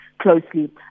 closely